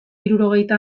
hirurogeita